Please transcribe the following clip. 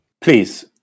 Please